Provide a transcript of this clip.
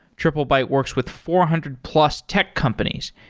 triplebyte works with four hundred plus tech companies,